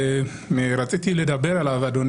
רציתי לומר משהו לגבי